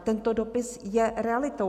Tento dopis je realitou.